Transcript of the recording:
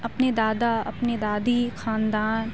اپنے دادا اپنی دادی خاندان